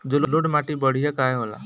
जलोड़ माटी बढ़िया काहे होला?